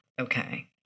okay